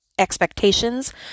expectations